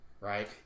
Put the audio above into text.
Right